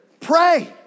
Pray